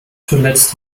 zuletzt